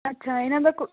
ਅੱਛਾ ਇਹਨਾਂ ਦਾ ਕੋ